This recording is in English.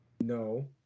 No